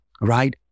right